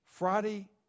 Friday